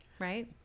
right